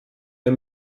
der